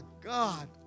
God